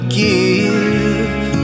give